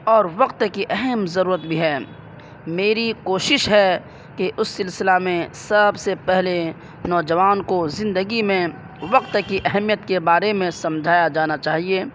اور وقت کی اہم ضرورت بھی ہے میری کوشش ہے کہ اس سلسلہ میں سب سے پہلے نوجوان کو زندگی میں وقت کی اہمیت کے بارے میں سمجھایا جانا چاہیے